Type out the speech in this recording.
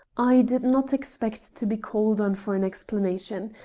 i did not expect to be called on for an explanation.